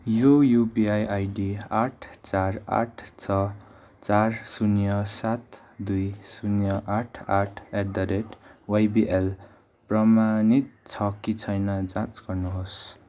यो UPI ID आठ चार आठ छ चार शून्य सात दुई शून्य आठ आठ एट द रेट वाइपिएल प्रमाणित छ कि छैन जाँच गर्नुहोस्